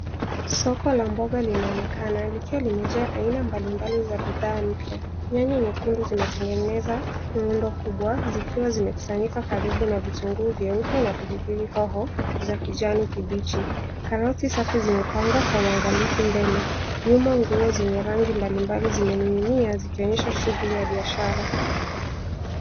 Soko la mboga linaonekana, likiwa limejaa aina mbalimbali za bidhaa mpya. Nyanya nyekundu zimetengeneza muundo kubwa zikiwa zimekusanyika karibu na vitunguu vyeupe na pilipilihoho za kijani kibichi. Karoti safi zimepangwa kwa uwangalifu mbele. Nyuma, nguo zenye rangi mbalimbali zimening'inia zikionyesha shughuli ya biashara.